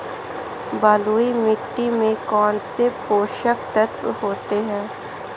बलुई मिट्टी में कौनसे पोषक तत्व होते हैं?